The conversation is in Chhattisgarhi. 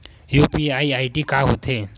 यू.पी.आई आई.डी का होथे?